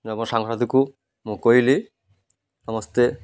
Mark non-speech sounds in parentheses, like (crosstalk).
(unintelligible) ସାଙ୍ଗସାଥିକୁ ମୁଁ କହିଲି ସମସ୍ତେ